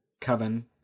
Coven